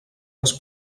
les